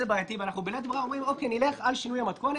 ואנחנו בלית ברירה אומרים: נלך על שינוי המתכונת,